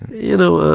you know,